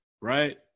right